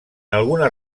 algunes